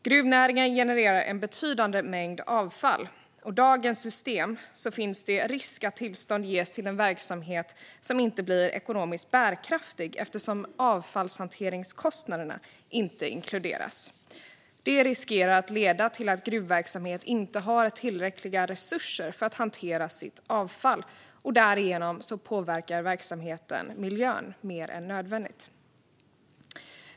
Gruvnäringen genererar en betydande mängd avfall, och i dagens system finns risk att tillstånd ges till verksamhet som inte blir ekonomiskt bärkraftig eftersom avfallshanteringskostnaderna inte inkluderas. Det riskerar att leda till att gruvverksamhet inte har tillräckliga resurser för att hantera sitt avfall. Därigenom påverkar verksamheten miljön mer än nödvändigt.